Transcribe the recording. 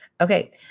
Okay